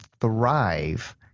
thrive